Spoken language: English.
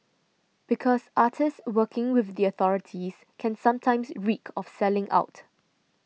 because artists working with the authorities can sometimes reek of selling out